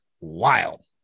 wild